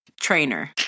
trainer